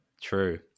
True